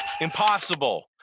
Impossible